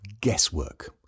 guesswork